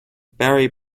barry